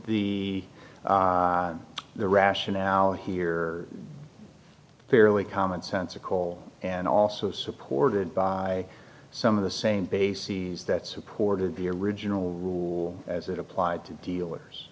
the the rationale here fairly common sense of cole and also supported by some of the same bases that supported the original as it applied to dealers